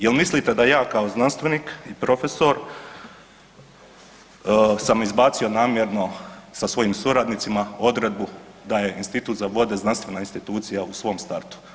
Je l' mislite da ja kao znanstvenik i profesor sam izbacio namjerno sa svojim suradnicima odredbu da je Institut za vode znanstvena institucija u svom startu.